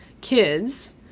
kids